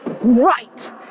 right